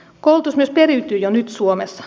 koulutus myös periytyy jo nyt suomessa